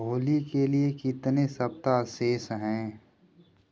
होली के लिए कितने सप्ताह शेष हैं